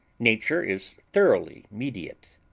nature is thoroughly mediate.